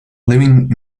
living